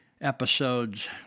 episodes